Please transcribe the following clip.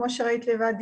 כמו שראית בעצמך,